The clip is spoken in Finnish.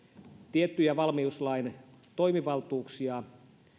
tiettyjä valmiuslain toimivaltuuksia